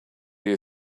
you